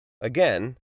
Again